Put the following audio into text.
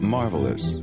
Marvelous